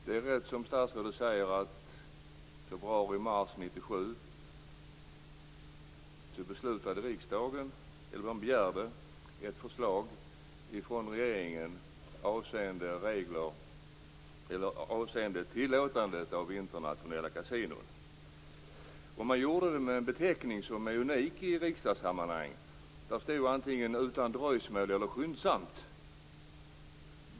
Det är rätt som statsrådet säger, att riksdagen i mars 1997 begärde ett förslag från regeringen avseende tillåtandet av internationella kasinon. Man gjorde det med en beteckning som är unik i riksdagssammanhang. Det står antingen "utan dröjsmål" eller "skyndsamt".